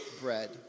bread